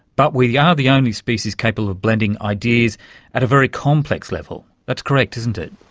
but we are the only species capable of blending ideas at a very complex level. that's correct, isn't it?